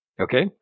Okay